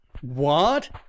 What